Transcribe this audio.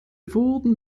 wurden